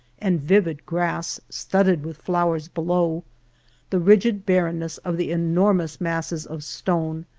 and vivid grass, studded with flowers below the rigid barrenness of the enormous masses of stone,